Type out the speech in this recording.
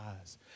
eyes